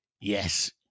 Yes